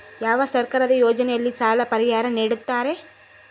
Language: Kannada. ಯಾವ ಸರ್ಕಾರದ ಯೋಜನೆಯಲ್ಲಿ ಸಾಲ ಪರಿಹಾರ ನೇಡುತ್ತಾರೆ?